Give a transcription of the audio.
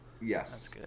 Yes